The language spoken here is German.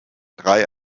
drei